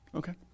okay